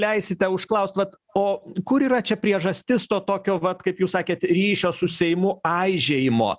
leisite užklaust vat o kur yra čia priežastis to tokio vat kaip jūs sakėt ryšio su seimu aižėjimo